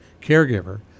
caregiver